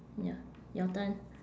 ya your turn